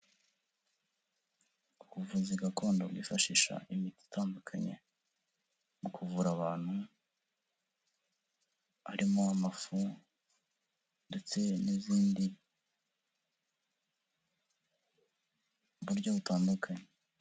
Ubuvuzi gakondo bwifashisha imiti itandukanye, mu kuvura abantu, harimo amafu ndetse n'izindi mu buryo butandukanye.